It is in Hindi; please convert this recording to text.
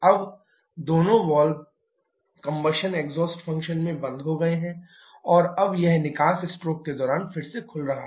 अब दोनों वाल्व कंबशन एग्जॉस्ट फंक्शन में बंद हो गए हैं और अब यह निकास स्ट्रोक के दौरान फिर से खुल रहा है